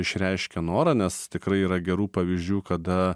išreiškia norą nes tikrai yra gerų pavyzdžių kada